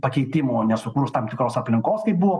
pakeitimų nesukūrus tam tikros aplinkos kaip buvo